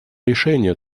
решение